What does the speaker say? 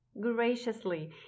Graciously